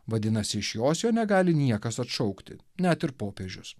vadinasi iš jos jo negali niekas atšaukti net ir popiežius